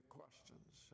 questions